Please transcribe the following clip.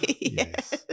Yes